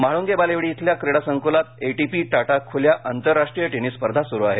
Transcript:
म्हाळंगे बालेवाडी इथल्या क्रीडासंकलात A T P Tata खुल्या आंतरराष्ट्रीय टेनिस स्पर्धा सुरु आहेत